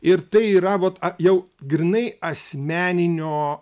ir tai yra vat jau grynai asmeninio